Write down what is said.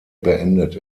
beendet